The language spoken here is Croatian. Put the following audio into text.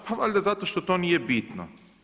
Pa valjda zato što to nije bitno.